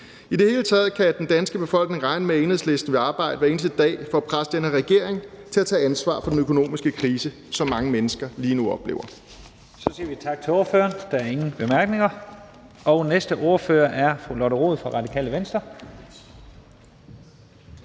I det hele taget kan den danske befolkning regne med, at Enhedslisten vil arbejde hver eneste dag for at presse den her regering til at tage ansvar i forhold til den økonomiske krise, som mange mennesker lige nu oplever.